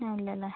മ് അല്ലല്ലേ